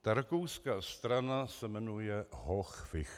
Ta rakouská strana se jmenuje Hochficht.